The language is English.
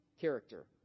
character